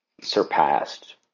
surpassed